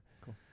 Cool